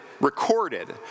recorded